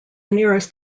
nearest